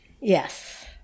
Yes